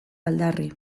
aldarri